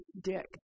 Dick